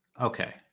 Okay